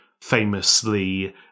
famously